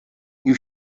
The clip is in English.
you